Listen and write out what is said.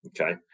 okay